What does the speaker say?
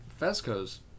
Fesco's